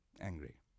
angry